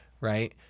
Right